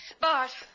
Bart